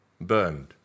burned